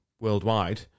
worldwide